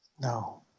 No